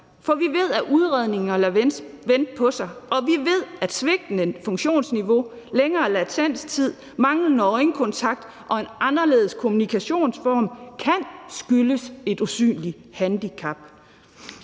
Vi ved, at udredninger lader vente på sig, og vi ved, at lavt funktionsniveau, længere latenstid, manglende øjenkontakt og en anderledes kommunikationsform kan skyldes et usynligt handicap.